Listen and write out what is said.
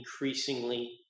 increasingly